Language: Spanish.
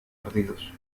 perdidos